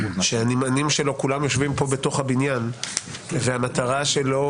שהנמענים שלו כולם יושבים פה בתוך הבניין והמטרה שלו